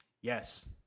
Yes